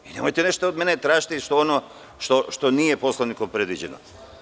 Nemojte od mene tražiti ono što nije Poslovnikom predviđeno.